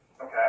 Okay